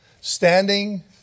Standing